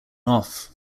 off